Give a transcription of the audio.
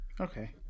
Okay